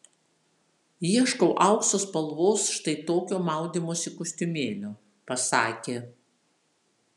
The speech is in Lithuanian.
ieškau aukso spalvos štai tokio maudymosi kostiumėlio pasakė